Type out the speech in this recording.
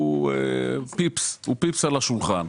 הוא פיפס, הוא פיפס על השולחן.